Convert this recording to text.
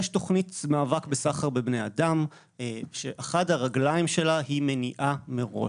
יש תוכנית מאבק בסחר בבני אדם שאחת הרגליים שלה היא מניעה מראש,